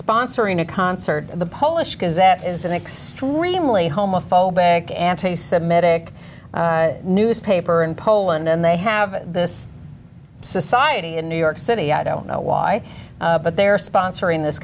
sponsoring a concert at the polish because that is an extremely homophobic anti semitic newspaper in poland and they have this society in new york city i don't know why but they are sponsoring this